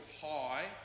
high